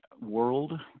world